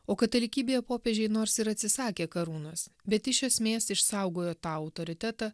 o katalikybėje popiežiai nors ir atsisakė karūnos bet iš esmės išsaugojo tą autoritetą